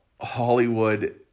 Hollywood